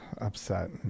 upset